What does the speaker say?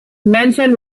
mentioned